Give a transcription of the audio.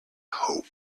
hope